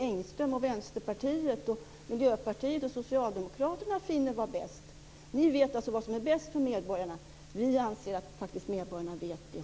Jag yrkar bifall till utskottets hemställan i betänkandet.